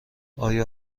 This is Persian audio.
آیا